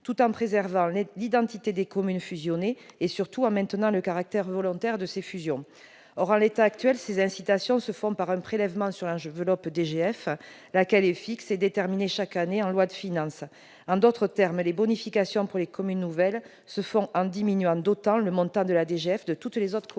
tout en préservant l'identité des communes fusionnées, et surtout en maintenant le caractère volontaire de ces fusions. Or, en l'état actuel, ces incitations se font par un prélèvement sur l'enveloppe DGF, laquelle est fixe et déterminée chaque année en loi de finances. En d'autres termes, les bonifications pour les communes nouvelles se font en diminuant d'autant le montant de la DGF de toutes les autres communes.